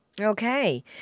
Okay